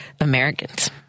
Americans